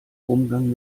umgang